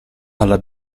alla